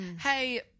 hey